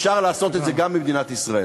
אפשר לעשות את זה גם במדינת ישראל.